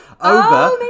over